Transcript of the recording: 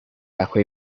ajo